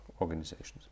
organizations